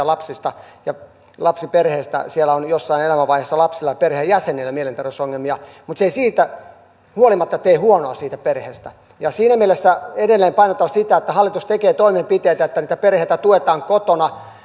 lapsista ja lapsiperheistä on jossain elämänvaiheessa lapsilla ja perheenjäsenillä mielenterveysongelmia mutta se ei siitä huolimatta tee huonoa siitä perheestä siinä mielessä edelleen painotan sitä että hallitus tekee toimenpiteitä että niitä perheitä tuetaan kotona